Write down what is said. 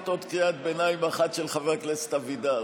עוד קריאת ביניים אחת של חבר הכנסת אבידר.